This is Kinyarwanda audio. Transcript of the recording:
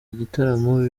igitaramo